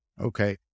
Okay